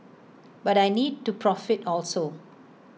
but I need to profit also